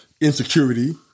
insecurity